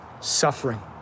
suffering